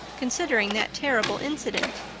considering that terrible incident.